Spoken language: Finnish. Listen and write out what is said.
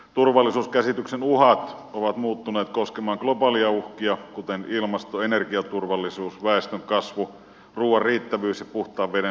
turvallisuuskäsityksen uhat ovat muuttuneet koskemaan globaaleja uhkia kuten ilmasto ja energiaturvallisuus väestönkasvu ruuan riittävyys ja puhtaan veden saatavuus